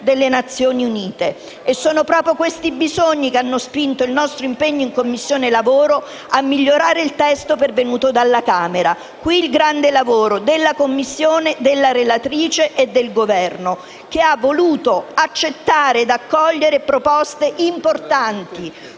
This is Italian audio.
E sono proprio questi bisogni che hanno spinto il nostro impegno in Commissione lavoro, per migliorare il testo pervenuto dalla Camera. In questa sede vi è stato il grande lavoro della Commissione, della relatrice e del Governo, che ha voluto accettare e accogliere proposte importanti;